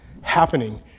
happening